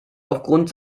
aufgrund